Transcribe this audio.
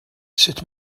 sut